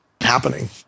happening